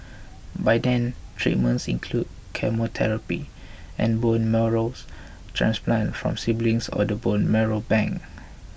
by then treatments include chemotherapy and bone marrow transplants from siblings or the bone marrow bank